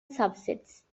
subsets